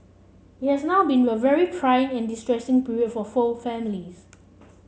it has not been a very trying and distressing period for for families